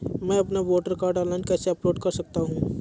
मैं अपना voter card online कैसे अपलोड कर सकता हूँ?